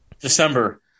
December